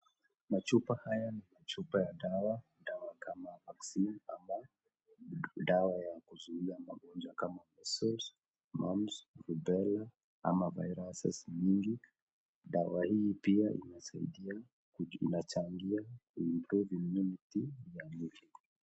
Machupa haya ni machupa ya dawa kama vaccine ama dawa ya kuzuia magonjwa kama measles, mumbs, rubela ama viruses mingi. Daws hii pia inasaidia kuongeza imunity .